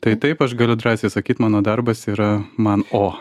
tai taip aš galiu drąsiai sakyti mano darbas yra man o